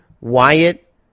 Wyatt